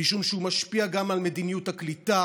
משום שהוא משפיע גם על מדיניות הקליטה